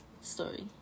story